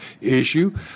issue